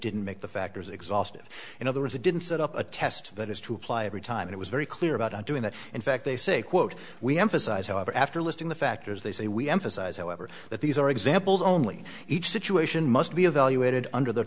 didn't make the factors exhaustive you know there is a didn't set up a test that has to apply every time it was very clear about doing that in fact they say quote we emphasize however after listing the factors they say we emphasize however that these are examples only each situation must be evaluated under the